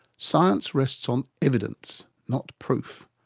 science rests on evidence, not proof.